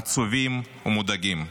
עצובים ומודאגים.